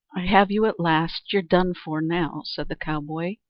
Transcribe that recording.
i have you at last you're done for now! said the cowboy.